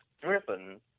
driven